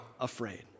afraid